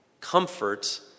comfort